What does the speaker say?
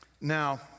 Now